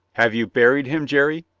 have you buried him, jerry?